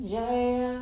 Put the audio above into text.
Jaya